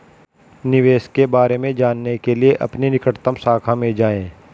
निवेश के बारे में जानने के लिए अपनी निकटतम शाखा में जाएं